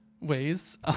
ways